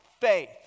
faith